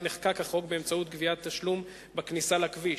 נחקק החוק: גביית תשלום בכניסה לכביש.